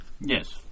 Yes